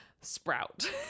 Sprout